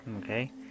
Okay